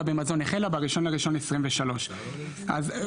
במזון החלה ב-1 בינואר 2023. בגדול,